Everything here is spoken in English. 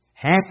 Happy